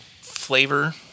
flavor